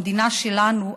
במדינה שלנו,